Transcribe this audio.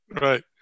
right